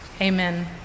Amen